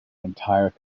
entire